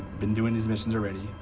been doing these missions already.